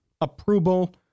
approval